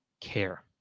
care